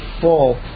full